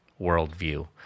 worldview